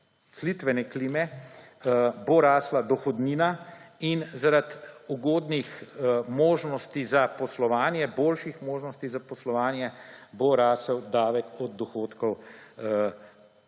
zaposlitvene klime bo rasla dohodnina in zaradi ugodnih možnosti za poslovanje, boljših možnosti za poslovanje bo rasel davek od dohodkov